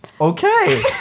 Okay